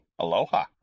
Aloha